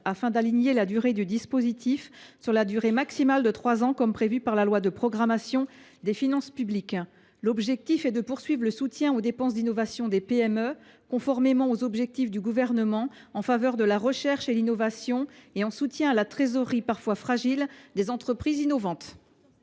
afin d’aligner la période du dispositif sur la durée maximale de trois ans, comme c’est prévu par la loi de programmation des finances publiques. L’objectif est de poursuivre le soutien aux dépenses d’innovation des PME, conformément aux objectifs du Gouvernement en faveur de la recherche et de l’innovation, et en soutien à la trésorerie parfois fragile des entreprises innovantes.